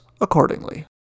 accordingly